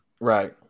Right